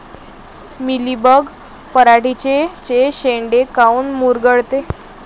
Mealybug पराटीचे चे शेंडे काऊन मुरगळते?